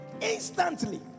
Instantly